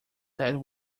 that